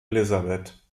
elizabeth